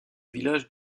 village